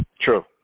True